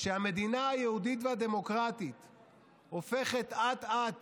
כשהמדינה היהודית והדמוקרטית הופכת אט-אט